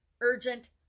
urgent